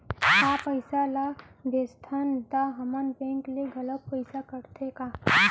का पइसा ला भेजथन त हमर बैंक ले घलो पइसा कटथे का?